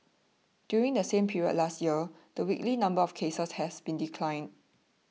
during the same period last year the weekly number of cases had been decline